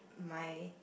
my